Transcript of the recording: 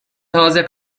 taze